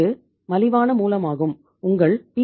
இது மலிவான மூலமாகம் உங்கள் ப்பி